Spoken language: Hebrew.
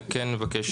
אני כן מבקש